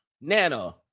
nana